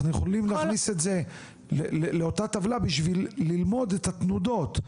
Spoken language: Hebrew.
אנחנו יכולים להכניס את זה לאותה טבלה בשביל ללמוד את התנודות.